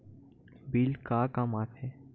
Bill का काम आ थे?